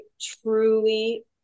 truly